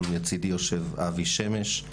לצדי יושב אבי שמש,